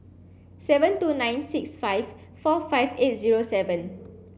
seven two nine six five four five eight zero seven